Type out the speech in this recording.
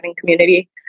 community